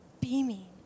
beaming